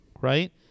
right